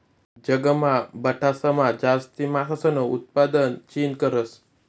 जगमा बठासमा जास्ती मासासनं उतपादन चीन करस